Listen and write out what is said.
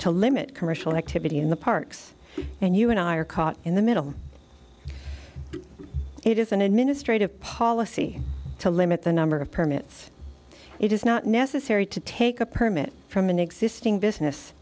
to limit commercial activity in the parks and you and i are caught in the middle it is an administrative policy to limit the number of permits it is not necessary to take a permit from an existing business